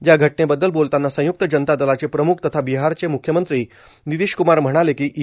या घटनेबद्दल बोलताना संय्क्त जनता दलाचे प्रम्ख तथा बिहारचे म्ख्यमंत्री नितीश क्मार म्हणाले की ई